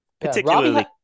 particularly